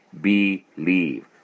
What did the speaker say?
believe